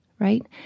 Right